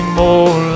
more